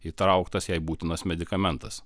įtrauktas jai būtinas medikamentas